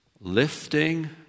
lifting